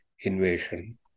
invasion